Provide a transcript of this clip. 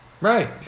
right